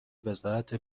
وزارت